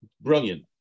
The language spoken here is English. brilliant